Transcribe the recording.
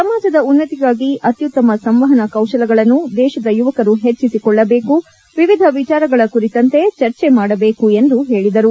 ಸಮಾಜದ ಉನ್ನತಿಗಾಗಿ ಅತ್ಯುತ್ತಮ ಸಂವಹನ ಕೌಶಲಗಳನ್ನು ದೇಶದ ಯುವಕರು ಹೆಚ್ಚಿಸಿಕೊಳ್ಳಬೇಕು ವಿವಿಧ ವಿಚಾರಗಳ ಕುರಿತಂತೆ ಚರ್ಚೆ ಮಾಡಬೇಕು ಎಂದು ಹೇಳಿದರು